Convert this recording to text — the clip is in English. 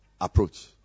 approach